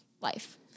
life